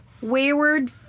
Wayward